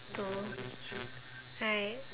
to right